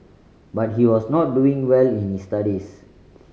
but he was not doing well in his studies